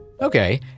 Okay